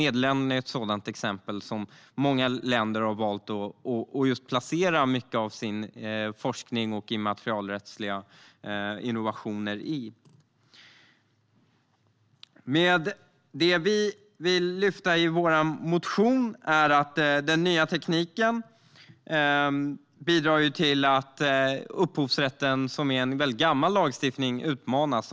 Nederländerna är ett exempel där många länder har valt att placera mycket av sin forskning och sina immaterialrättsliga innovationer. Det vi vill lyfta fram i vår motion är att den nya tekniken bidrar till att upphovsrätten, som är en mycket gammal lagstiftning, utmanas.